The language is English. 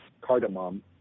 cardamom